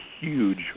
huge